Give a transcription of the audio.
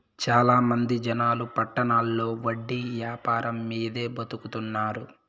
చాలా మంది జనాలు పట్టణాల్లో వడ్డీ యాపారం మీదే బతుకుతున్నారు